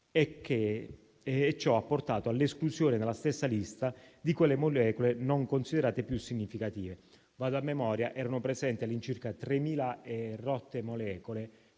Ciò ha portato all'esclusione dalla stessa lista di quelle molecole non considerate più significative. Andando a memoria, erano presenti all'incirca 3.000 molecole